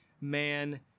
man